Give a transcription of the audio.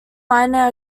minor